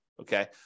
Okay